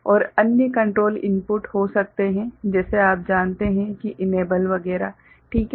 और अन्य control input हो सकते है जैसे आप जानते हैं कि इनेबल वगैरह ठीक है